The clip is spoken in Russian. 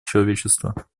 человечества